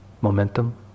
momentum